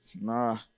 nah